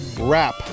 wrap